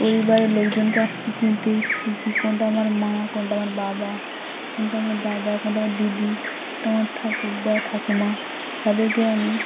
পরিবারের লোকজনকে আস্তে সে চিনতে শিখি কোনটা আমার মা কোনটা আমার বাবা কোনটা আমার দাদা কোনটা আমার দিদি কোনটা আমার ঠাকুরদা ঠাকুমা তাদেরকে আমি